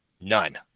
none